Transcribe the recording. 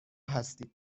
هستید